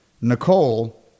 Nicole